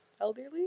Elderly